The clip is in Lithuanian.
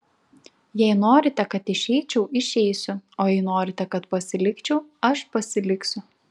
jei norite kad išeičiau išeisiu o jei norite kad pasilikčiau aš pasiliksiu